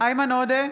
איימן עודה,